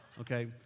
Okay